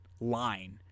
line